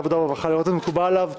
העבודה והרווחה לראות אם זה מקובל עליו.